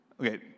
Okay